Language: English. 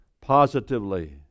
positively